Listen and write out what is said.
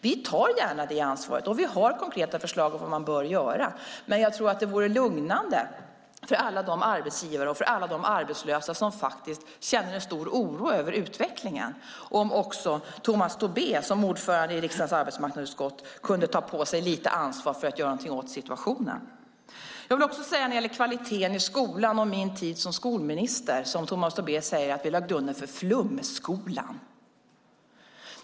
Vi tar gärna det ansvaret och vi har konkreta förslag på hur man bör göra, men jag tror att det vore lugnande för alla de arbetsgivare och alla de arbetslösa som faktiskt känner en stor oro över utvecklingen om också Tomas Tobé, som ordförande i riksdagens arbetsmarknadsutskott, kunde ta på sig lite ansvar för att göra någonting åt situationen. Jag vill också säga något om kvaliteten i skolan och min tid som skolminister, eftersom Tomas Tobé säger att vi lade grunden för flumskolan.